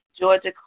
Georgia